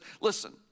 listen